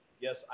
Yes